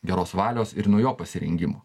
geros valios ir nuo jo pasirengimo